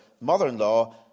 mother-in-law